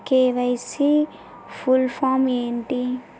KYC full form ఏంటి?